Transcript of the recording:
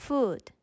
Food